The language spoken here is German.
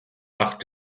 macht